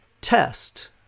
test